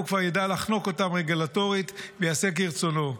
הוא כבר ידע לחנוק אותם רגולטורית ויעשה כרצונו.